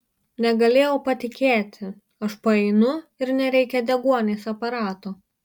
negalėjau patikėti aš paeinu ir nereikia deguonies aparato